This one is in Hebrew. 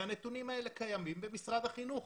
והנתונים האלה קיימים במשרד החינוך,